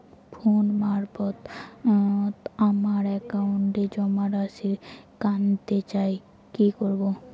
Phone মারফত আমার একাউন্টে জমা রাশি কান্তে চাই কি করবো?